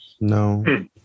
No